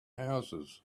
houses